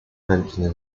mentioned